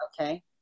Okay